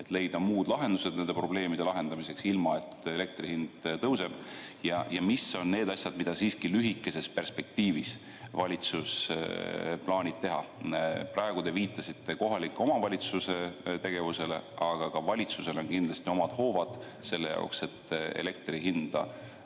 et leida muud lahendused nende probleemide lahendamiseks, ilma et elektri hind tõuseks? Ja mis on need asjad, mida valitsus siiski lühikeses perspektiivis plaanib teha? Praegu te viitasite kohaliku omavalitsuse tegevusele, aga ka valitsusel on kindlasti omad hoovad selle jaoks, et elektri hinna